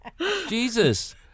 Jesus